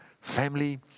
Family